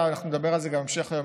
אנחנו נדבר על זה גם בהמשך היום,